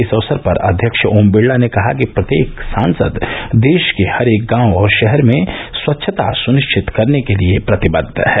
इस अवसर पर अध्यक्ष ओम बिड़ला ने कहा कि प्रत्येक सांसद देश के हरेक गांव और शहर में स्वच्छता सुनिश्चित करने के लिए प्रतिबद्ध है